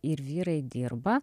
ir vyrai dirba